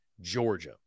Georgia